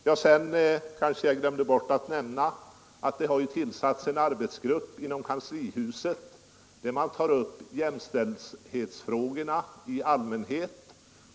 Jag glömde nämna att det har tillsatts en arbetsgrupp inom kanslihuset som har till uppgift att arbeta med jämställdhetsfrågorna i allmänhet.